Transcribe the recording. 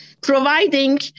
Providing